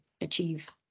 achieve